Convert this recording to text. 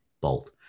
bolt